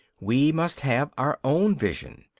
we must have our own vision.